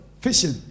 fishing